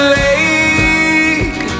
lake